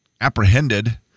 apprehended